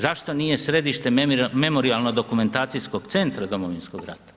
Zašto nije središte Memorijalno- dokumentacijskog centra Domovinskog rata?